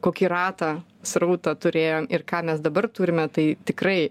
kokį ratą srautą turėjom ir ką mes dabar turime tai tikrai